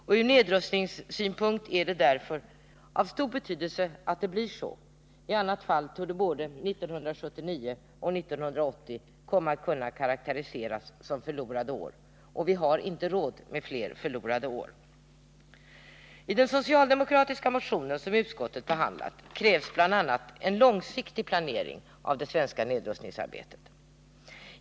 Från nedrustningssynpunkt är det av stor betydelse att det kommer igång inom rimlig tid —i annat fall torde både 1979 och 1980 komma att kunna karakteriseras som förlorade år, och vi har inte råd med fler förlorade år. I den socialdemokratiska motionen som utskottet behandlat krävs bl.a. en långsiktig planering av det svenska nedrustningsarbetet.